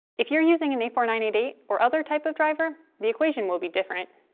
if you are using an a four nine eight eight or other type of driver, the equation will be different.